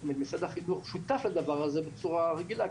משרד החינוך שותף לדבר הזה בצורה רגילה,